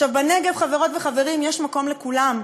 בנגב, חברות וחברים, יש מקום לכולם.